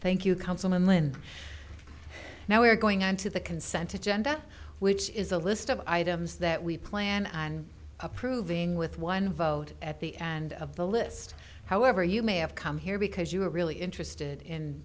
thank you councilman len now we're going on to the consented genda which is a list of items that we plan on approving with one vote at the end of the list however you may have come here because you are really interested in